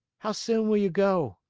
how soon will you go?